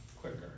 quicker